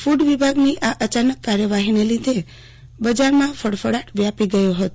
food વિભાગની આ અચાનક કાર્યવાહીને લીધે બજારમાં ફફડાટ વ્યાપી ગયો હતો